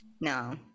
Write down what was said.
No